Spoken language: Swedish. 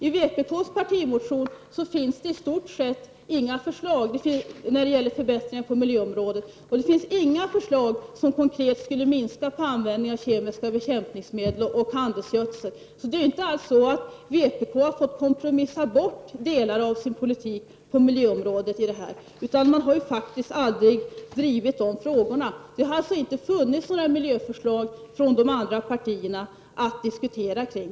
I vänsterpartiets partimotion finns det i stort sett inga förslag till förbättringar på miljöområdet. Det finns inga förslag som konkret skulle minska användningen av kemiska bekämpningsmedel och handelsgödsel. Det är inte alls så att vänsterpartiet har fått kompromissa bort delar av sin politik på miljöområdet, utan man har faktiskt aldrig drivit de frågorna. Det har alltså inte funnits några miljöförslag från de andra partierna att diskutera kring.